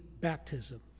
baptism